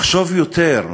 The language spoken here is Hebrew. לחשוב על